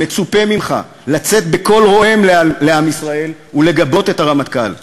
מצופה ממך לצאת בקול רועם לעם ישראל ולגבות את הרמטכ"ל.